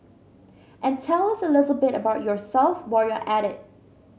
and tell us a little bit about yourself while you're at it